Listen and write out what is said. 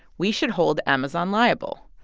we should hold amazon liable.